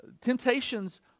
Temptations